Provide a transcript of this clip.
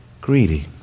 greedy